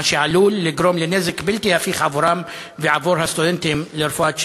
מה שעלול לגרום לנזק בלתי הפיך עבורם ועבור הסטודנטים לרפואת שיניים.